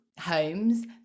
homes